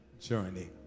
journey